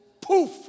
Poof